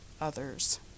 others